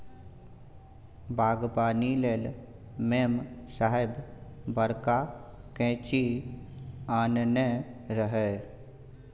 बागबानी लेल मेम साहेब बड़का कैंची आनने रहय